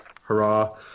hurrah